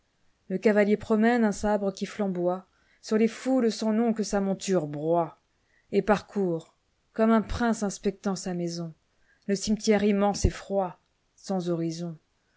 le cavalier promène un sabre qui flamboiesur les foules sans nom que sa monture broie et parcourt comme un prince inspectant sa maisonle cimetière immense et froid sans horizon